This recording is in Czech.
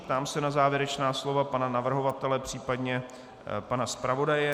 Ptám se na závěrečná slova pana navrhovatele, případně pana zpravodaje.